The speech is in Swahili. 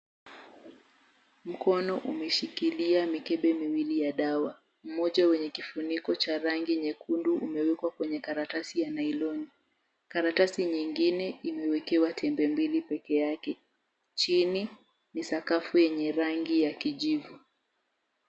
Mkono umeshikilia mikebe miwili ya dawa, mmoja wenye kifuniko cha rangi nyekundu umeekwa kwenye karatasi ya nyloni . Karatasi nyingine imeekewa tembe mbili peke yake, chini ni sakafu yenye rangi ya kijivu.